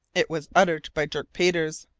it was uttered by dirk peters.